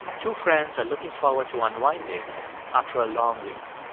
two friends are looking forward to unwinding after a long week.